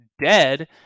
dead